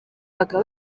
bakaba